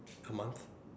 a month